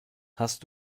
hast